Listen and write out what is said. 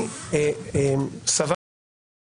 אני סברתי אחרת,